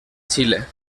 chile